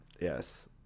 yes